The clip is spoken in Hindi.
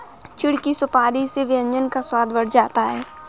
चिढ़ की सुपारी से व्यंजन का स्वाद बढ़ जाता है